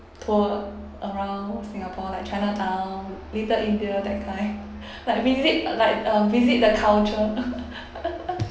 tour around singapore like chinatown little india that kind like visit like uh visit the culture